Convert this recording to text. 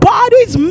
Bodies